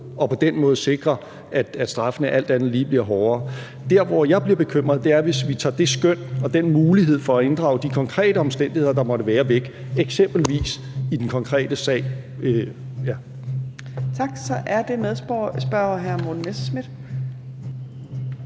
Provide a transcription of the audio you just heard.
og på den måde sikre, at straffene alt andet lige bliver hårdere. Der, hvor jeg bliver bekymret, er, hvis vi tager det skøn og den mulighed for at inddrage de konkrete omstændigheder, der måtte være, væk – eksempelvis i den konkrete sag. Kl. 15:22 Fjerde næstformand (Trine